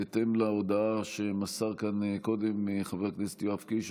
בהתאם להודעה שמסר כאן קודם חבר הכנסת יואב קיש,